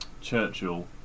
churchill